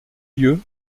lieu